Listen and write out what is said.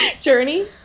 journey